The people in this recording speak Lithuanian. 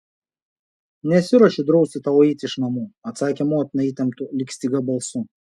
nesiruošiu drausti tau eiti iš namų atsakė motina įtemptu lyg styga balsu